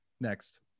Next